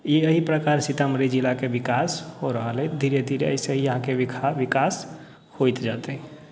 ई अही प्रकार सीतामढ़ी जिलाके विकास हो रहल हइ धीरे धीरे ऐसे ही आगे विकास होइत जेतै